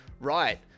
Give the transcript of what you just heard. Right